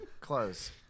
Close